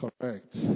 Correct